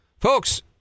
Folks